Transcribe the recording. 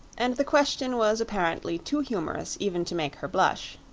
and the question was apparently too humorous even to make her blush.